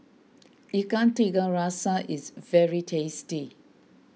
Ikan Tiga Rasa is very tasty